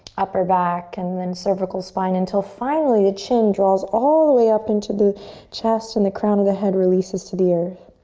upper back and then cervical spine. until finally the chin draws all the way up into the chest, and the crown of the head releases to the earth.